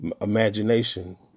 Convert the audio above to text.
imagination